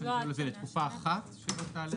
מה שאני שואל אם זה לתקופה אחת שלא תעלה